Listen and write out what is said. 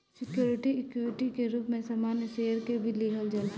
security equity के रूप में सामान्य शेयर के भी लिहल जाला